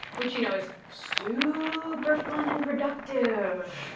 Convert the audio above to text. which you know is super fun and productive!